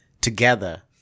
together